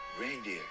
reindeer